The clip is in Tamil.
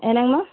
என்னங்க மேம்